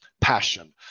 passion